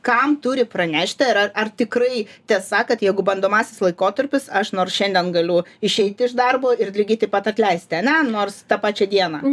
kam turi pranešti ar ar tikrai tiesa kad jeigu bandomasis laikotarpis aš nors šiandien galiu išeiti iš darbo ir lygiai taip pat atleisti ane nors tą pačią dieną